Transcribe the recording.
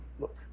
Look